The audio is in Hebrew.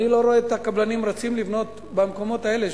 אני לא רואה את הקבלנים רצים לבנות במקומות האלה.